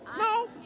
No